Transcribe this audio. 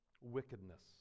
wickedness